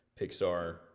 Pixar